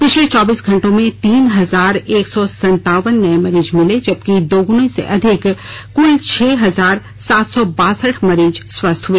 पिछले चौबीस घंटों में तीन हजार एक सौ सनतावन नए मरीज मिले जबकि दोगुने से अधिक कुल छह हजार सात सौ बासठ मरीज स्वस्थ हुए